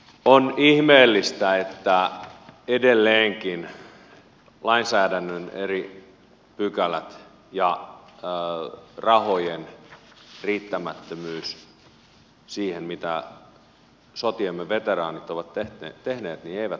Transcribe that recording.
on ihmeellistä että edelleenkin lainsäädännön eri pykälät ja rahojen riittävyys siihen mitä sotiemme veteraanit ovat tehneet eivät ole kohdallaan